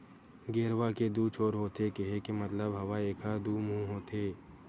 गेरवा के दू छोर होथे केहे के मतलब हवय एखर दू मुहूँ होथे